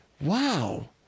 wow